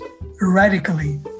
radically